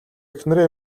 эхнэрээ